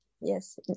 yes